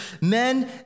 Men